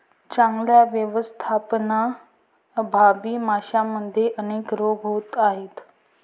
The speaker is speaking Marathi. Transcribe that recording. चांगल्या व्यवस्थापनाअभावी माशांमध्ये अनेक रोग होत आहेत